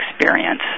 experience